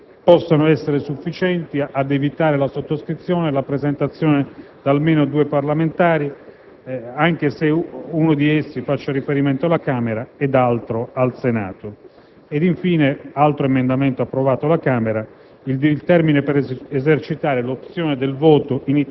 Uno concerne l'esonero dalla sottoscrizione delle liste, facendo riferimento all'esigenza che possa essere sufficienti ad evitare la sottoscrizione la presentazione di almeno due parlamentari, anche se uno di essi faccia riferimento alla Camera e l'altro al Senato.